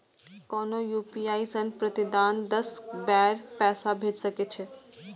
कोनो यू.पी.आई सं प्रतिदिन दस बेर पैसा भेज सकै छी